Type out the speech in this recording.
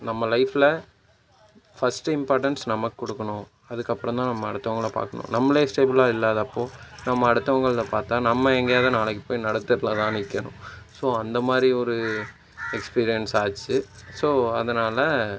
நம்ம லைஃப்பில் first importance நமக்கு கொடுக்கணு அதுக்கு அப்புறம் தான் நம்ம அடுத்தவங்களை பார்க்கணும் நம்மளே ஸ்டேபில்லாக இல்லாதப்போது நம்ம அடுத்தவங்களை பார்த்தா நம்ம எங்கேயாவது நாளைக்கு போயி நடுத்தெருவில் தான் நிற்கணும் ஸோ அந்த மாதிரி ஒரு எக்ஸ்பீரியன்ஸ் ஆச்சு ஸோ அதனால்